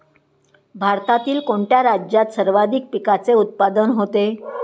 भारतातील कोणत्या राज्यात सर्वाधिक पिकाचे उत्पादन होते?